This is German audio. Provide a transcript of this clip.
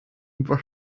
über